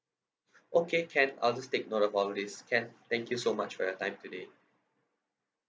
okay can I'll just take note of all these can thank you so much for your time today